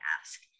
ask